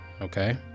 okay